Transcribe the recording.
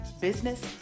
business